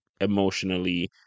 emotionally